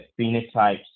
phenotypes